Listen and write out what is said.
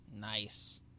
Nice